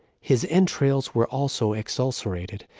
his entrails were also ex-ulcerated,